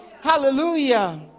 Hallelujah